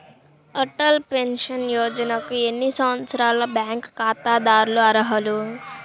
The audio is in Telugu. అటల్ పెన్షన్ యోజనకు ఎన్ని సంవత్సరాల బ్యాంక్ ఖాతాదారులు అర్హులు?